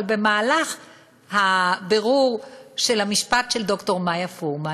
במהלך הבירור של המשפט של ד"ר מאיה פרומן,